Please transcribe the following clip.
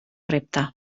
repte